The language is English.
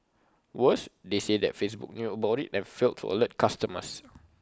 worse they say that Facebook knew about IT and failed to alert customers